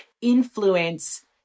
influence